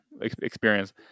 experience